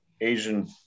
Asian